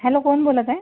hello कोण बोलत आहे